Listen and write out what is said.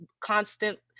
constant